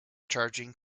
charging